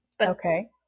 Okay